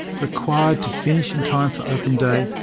required to finish in time for open day,